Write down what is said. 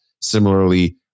Similarly